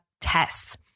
tests